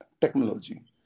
technology